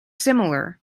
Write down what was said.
similar